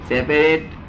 Separate